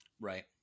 Right